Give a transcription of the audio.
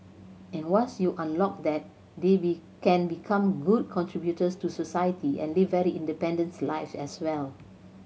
and once you unlock that they be can become good contributors to society and live very independent life as well